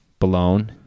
Balone